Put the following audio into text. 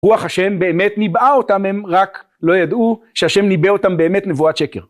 רוח השם באמת ניבאה אותם הם רק לא ידעו שהשם ניבא אותם באמת נבואת שקר